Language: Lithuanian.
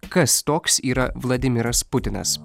kas toks yra vladimiras putinas